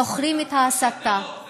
זוכרים את ההסתה, היה משט טרור.